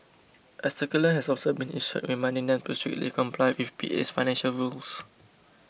a circular has also been issued reminding them to strictly comply with P A's financial rules